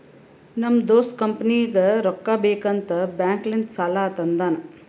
ನಮ್ ದೋಸ್ತ ಕಂಪನಿಗ್ ರೊಕ್ಕಾ ಬೇಕ್ ಅಂತ್ ಬ್ಯಾಂಕ್ ಲಿಂತ ಸಾಲಾ ತಂದಾನ್